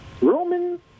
Roman